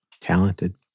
Talented